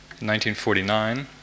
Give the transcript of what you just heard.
1949